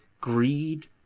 greed